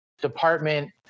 department